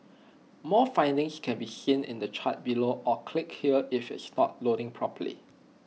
more findings can be seen in the chart below or click here if it's not loading properly